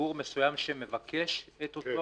ציבור מסוים שמבקש את אותו רכיב?